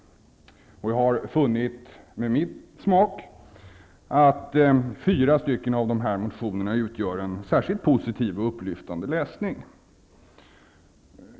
Med min smak har jag funnit att fyra av dessa motioner utgör en särskilt positiv och upplyftande läsning.